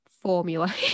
formula